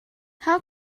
how